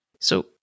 So-